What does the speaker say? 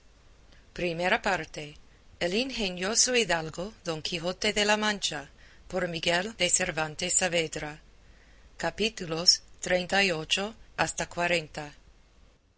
segunda parte del ingenioso caballero don quijote de la mancha por miguel de cervantes saavedra